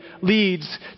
leads